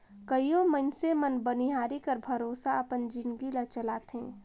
कइयो मइनसे मन बनिहारी कर भरोसा अपन जिनगी ल चलाथें